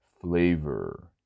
flavor